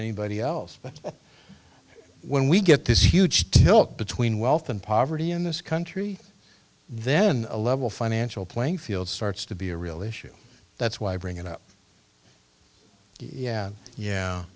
anybody else but when we get this huge tilt between wealth and poverty in this country then a level financial playing field starts to be a real issue that's why i bring it up yeah yeah